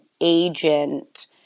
agent